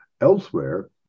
elsewhere